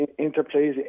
interplays